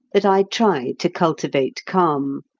that i try to cultivate calm,